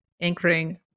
anchoring